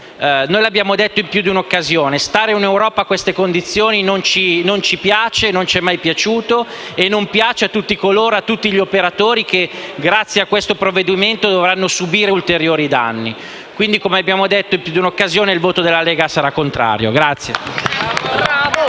Noi l'abbiamo detto in più di un'occasione: stare in Europa a queste condizioni non ci piace, non ci è mai piaciuto e non piace a tutti gli operatori che, grazie a questo provvedimento, dovranno subire ulteriori danni. Come abbiamo detto in più di un'occasione, il voto della Lega sarà quindi contrario.